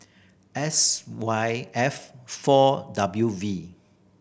S Y F four W V